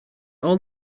all